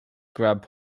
grabbed